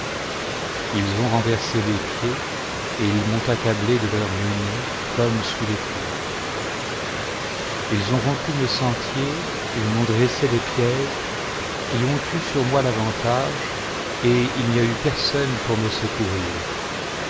ils ont renversé mes pieds et ils m'ont accablé de leurs menées comme sous des flots ils ont rompu mes sentiers ils m'ont dressé des pièges et ont eu sur laoi l'avantage et il n'y a eu personne pour me secourir